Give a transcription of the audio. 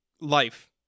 life